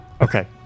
okay